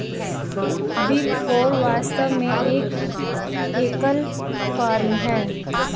big four वास्तव में एक एकल फर्म है